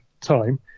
time